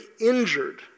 injured